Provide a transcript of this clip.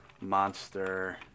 Monster